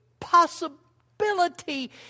possibility